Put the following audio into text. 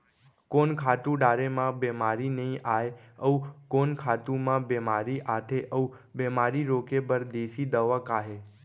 कोन खातू डारे म बेमारी नई आये, अऊ कोन खातू म बेमारी आथे अऊ बेमारी रोके बर देसी दवा का हे?